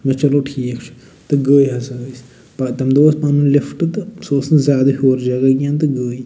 مےٚ دوٚپُکھ چلو ٹھیٖک چھُ تہٕ گٔے ہَسا أسۍ پَتہٕ تَمہِ دۄہ اوس پَنُن لِفٹہٕ تہٕ سُہ ٲس نہٕ زیاد ہیوٚر جگہ کیٚنٛہہ تہٕ گٔے